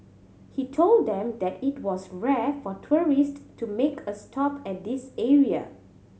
he told them that it was rare for tourist to make a stop at this area